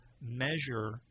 measure